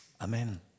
Amen